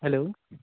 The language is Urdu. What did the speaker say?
ہیلو